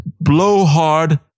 blowhard